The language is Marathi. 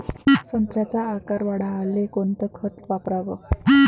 संत्र्याचा आकार वाढवाले कोणतं खत वापराव?